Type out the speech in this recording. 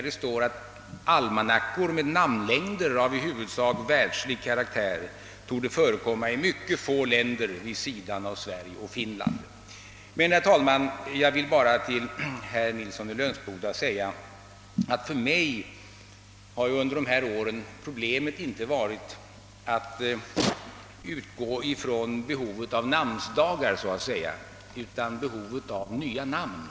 Det står: »Almanackor med namnlängder av i huvudsak världslig karaktär torde förekomma i mycket få länder vid sidan av Sverige och Finland.» Jag vill emellertid till herr Nilsson i Lönsboda säga, att för mig har problemet inte varit så att säga behovet av nya namnsdagar utan behovet av nya namn.